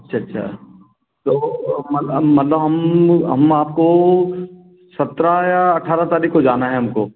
अच्छा अच्छा तो मतलब हम मतलब हम हम आपको सत्रह या अठरह तारीख को जाना है हमको